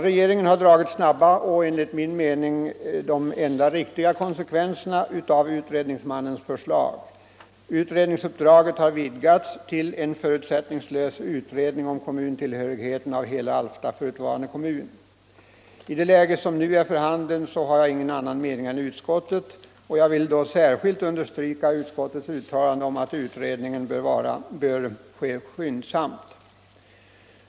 Regeringen har dragit snabba och enligt min mening de enda riktiga konsekvenserna av utredningsmannens förslag. Utredningsuppdraget har vidgats till en förutsättningslös utredning om kommuntillhörigheten av hela Alfta förutvarande kommun. I det läge som nu är för handen har jag ingen annan mening än utskottet. Jag vill särskilt understryka utskottets uttalande om att utredningen bör ske skyndsamt.